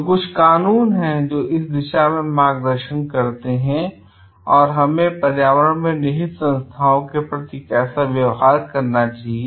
तो कुछ कानून हैं जो इस दिशा में मार्गदर्शन करते हैं कि हमें पर्यावरण में निहित संस्थाओं के प्रति कैसा व्यवहार करना चाहिए